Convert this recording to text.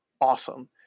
awesome